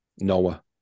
Noah